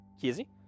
Kizzy